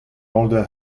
older